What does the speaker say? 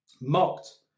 mocked